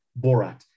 Borat